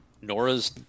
Nora's